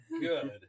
good